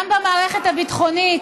גם במערכת הביטחונית,